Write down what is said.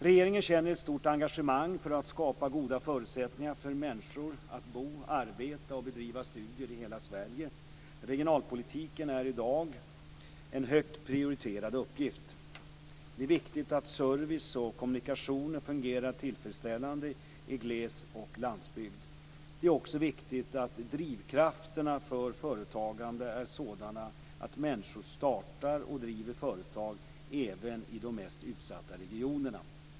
Regeringen känner ett stort engagemang för att skapa goda förutsättningar för människor att bo, arbeta och bedriva studier i hela Sverige. Regionalpolitiken är i dag en högt prioriterad uppgift. Det är viktigt att service och kommunikationer fungerar tillfredsställande i gles och landsbygd. Det är också viktigt att drivkrafterna för företagande är sådana att människor startar och driver företag även i de mest utsatta regionerna.